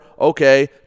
okay